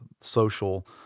social